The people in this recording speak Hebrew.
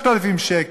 מקבלים 3,000 שקל.